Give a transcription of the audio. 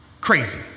Crazy